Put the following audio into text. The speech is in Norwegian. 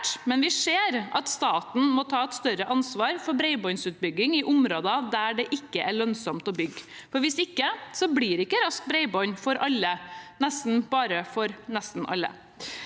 men vi ser at staten må ta et større ansvar for bredbåndsutbygging i områder der det er ikke er lønnsomt å bygge. Hvis ikke blir det ikke raskt bredbånd for alle – bare nesten alle.